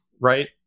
right